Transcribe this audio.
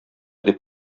дип